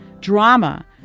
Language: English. drama